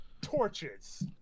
torches